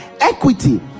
equity